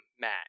Matt